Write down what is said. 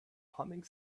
humming